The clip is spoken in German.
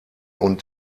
und